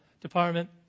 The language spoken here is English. department